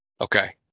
Okay